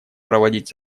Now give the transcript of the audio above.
проводить